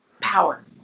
Power